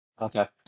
Okay